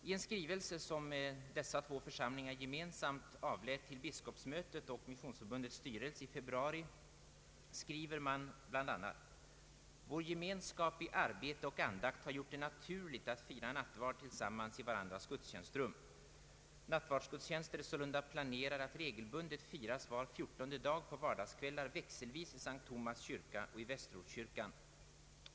I en skrivelse som dessa två församlingar gemensamt avlämnade till biskopsmötet och Missionsförbundets styrelse i februari skriver man bland annat: ”Vår gemenskap i arbete och andakt har gjort det naturligt att fira nattvard tillsammans i varandras gudstjänstrum. Nattvardsgudstjänster är sålunda planerade att regelbundet firas var fjor tonde dag på vardagskvällar växelvis i S:t Tomas kyrka och i Västerortskyrkan.